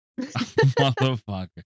motherfucker